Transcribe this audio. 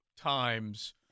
times